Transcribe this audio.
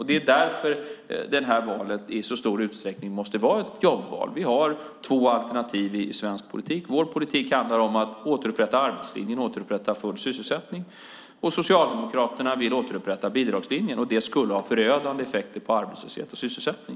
Det är därför valet i stor utsträckning måste vara ett jobbval. Vi har två alternativ i svensk politik. Vår politik handlar om att återupprätta arbetslinjen och återupprätta full sysselsättning. Socialdemokraterna vill återupprätta bidragslinjen. Det skulle få förödande effekter på arbetslöshet och sysselsättning.